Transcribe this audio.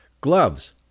gloves